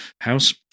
House